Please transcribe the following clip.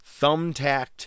thumbtacked